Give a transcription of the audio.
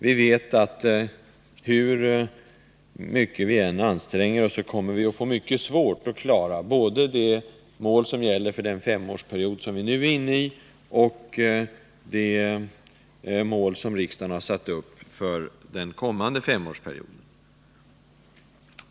Vi vet att hur mycket vi än anstränger oss, så kommer vi att få mycket svårt att klara både det mål som gäller för den femårsperiod vi nu är inne i och det mål som riksdagen har satt upp för den kommande femårsperioden.